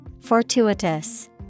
Fortuitous